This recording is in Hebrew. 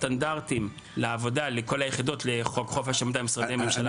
סטנדרטים לעבודה לכל היחידות לחוק חופש המידע במשרדי הממשלה.